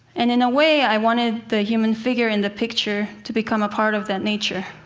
and, in a way, i wanted the human figure in the picture to become a part of that nature.